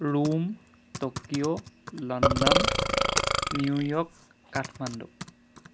Rome Tokyo London New York Kathmandu